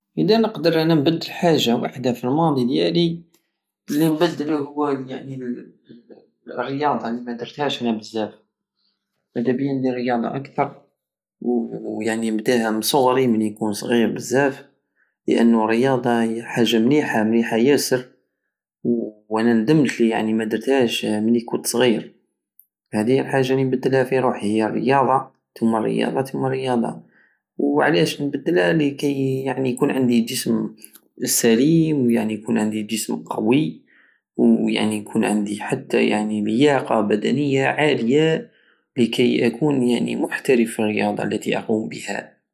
ادا نقدر انا نبدل حاجة وحدى في الموند ديالي انا نبدل الامور يعني الرياضة الي مدرتهاش انا بزاف ونبداها من صغري ونكون صغير بزاف لانو الرياضة عي حاجة مليحة ومليحة ياسر وانا ندمت الي يعني مدرتهاش ملي كنت صغير هدي هي الحاجة الي نبدلها في روحي هي الرياضة تم الرياضة تم الرياضة ووعلاش نبدلها لكيي يعني يكون عندي جسم سليم ويعني يكون عندي جسم قوي ويعني يكون عندي حتى يعني لياقة بدنية عالية لكي اكون محترف يعني محترف في الرياضة التي اقوم بها